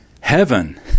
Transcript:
heaven